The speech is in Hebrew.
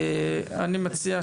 בדיקה.